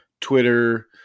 Twitter